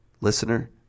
Listener